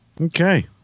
Okay